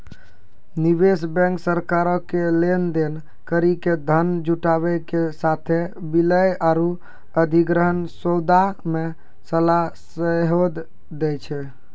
निवेश बैंक सरकारो के लेन देन करि के धन जुटाबै के साथे विलय आरु अधिग्रहण सौदा मे सलाह सेहो दै छै